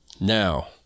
Now